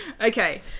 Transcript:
Okay